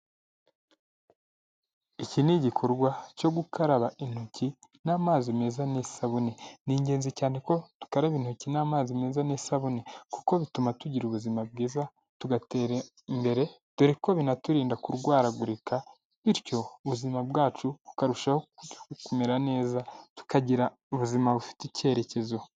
Iki ni igikorwa cyo gukaraba intoki n'amazi meza n'isabune. Ni ingenzi cyane ko dukaraba intoki n'amazi meza n'isabune kuko bituma tugira ubuzima bwiza tugatera imbere, dore ko binaturinda kurwaragurika bityo ubuzima bwacu bukarushaho kumera neza, tukagira ubuzima bufite icyerekezo.